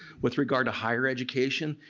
with regard to higher education,